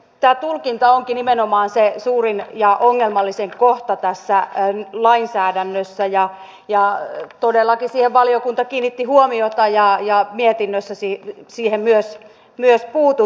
tämä tulkinta onkin nimenomaan se suurin ja ongelmallisin kohta tässä lainsäädännössä ja todellakin siihen valiokunta kiinnitti huomiota ja mietinnössä siihen myös puututtiin